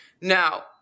Now